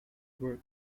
work